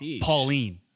Pauline